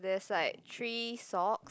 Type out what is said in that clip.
there's like three socks